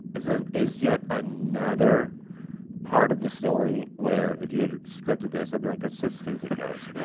is ah is yet another part of the story where, if you had scripted this, i'd be like that's so stupid, guys.